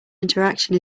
interaction